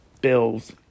Bills